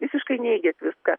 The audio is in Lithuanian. visiškai neigiat viską